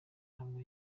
ntabwo